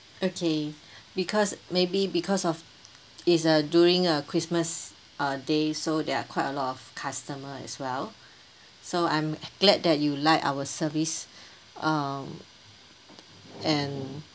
okay because maybe because of it's a during a Christmas uh day so there are quite a lot of customer as well so I'm glad that you like our service um and